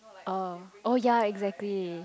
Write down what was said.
oh oh ya exactly